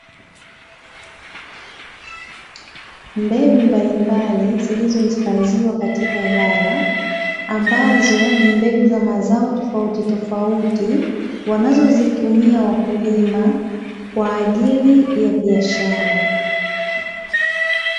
Mbegu mbalimbali zilizohifadhiwa katika ghala, ambazo ni mbegu za mazao tofautitofauti wanazozitumia wakulima, kwaajili ya biashara.